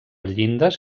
llindes